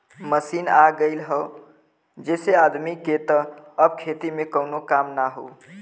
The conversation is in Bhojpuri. मशीन आ गयल हौ जेसे आदमी के त अब खेती में कउनो काम ना हौ